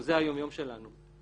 זה היומיום שלנו.